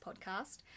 podcast